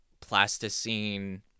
plasticine